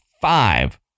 five